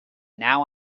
now